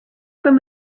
from